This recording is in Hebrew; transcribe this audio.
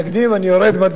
אני יורד מהדוכן,